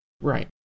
Right